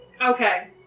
Okay